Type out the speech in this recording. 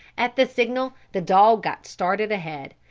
at the signal the dog got started ahead,